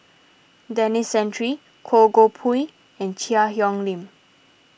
Denis Santry Koh Goh Pui and Cheang Hong Lim